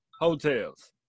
hotels